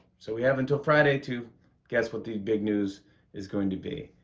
so we have until friday to guess what the big news is going to be.